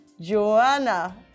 Joanna